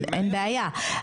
אין בעיה.